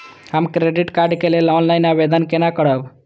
हम credit card के लेल ऑनलाइन आवेदन केना करब?